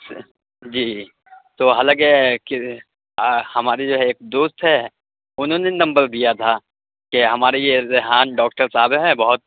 اچھا جی جی تو حالانکہ کہ آ ہماری جو ہے ایک دوست ہے انہوں نے نمبر دیا تھا کہ ہمارے یہ ریحان ڈاکٹر صاحب ہیں بہت